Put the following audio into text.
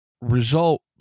result